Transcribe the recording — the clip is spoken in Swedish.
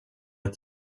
ett